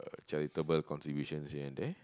charitable contributions here and there